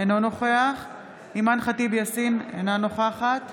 אינו נוכח אימאן ח'טיב יאסין, אינה נוכחת